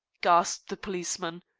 gasped the policeman.